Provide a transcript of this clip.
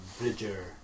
Bridger